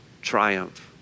triumph